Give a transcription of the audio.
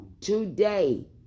today